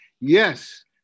yes